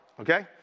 okay